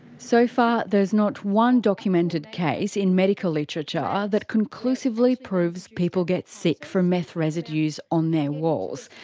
so far, there's not one documented case in medical literature that conclusively proves people get sick from meth residues on their walls.